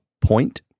point